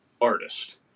artist